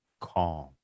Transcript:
calm